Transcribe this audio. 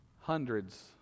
hundreds